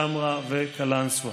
טמרה וקלנסווה.